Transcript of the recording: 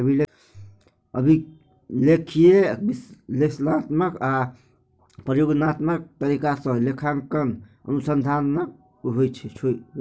अभिलेखीय, विश्लेषणात्मक आ प्रयोगात्मक तरीका सं लेखांकन अनुसंधानक होइ छै